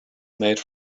made